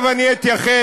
עכשיו אני אתייחס,